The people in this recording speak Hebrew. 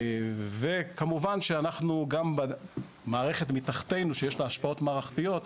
בנוסף, כמובן שגם במערכת מתחתנו,